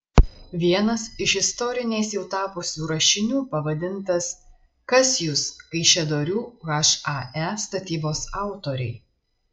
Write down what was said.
vienas iš istoriniais jau tapusių rašinių pavadintas kas jūs kaišiadorių hae statybos autoriai